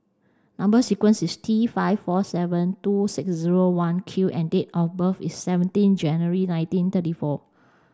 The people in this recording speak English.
number sequence is T five four seven two six zero one Q and date of birth is seventeen January nineteen thirty four